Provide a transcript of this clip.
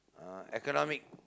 uh economic